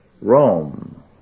Rome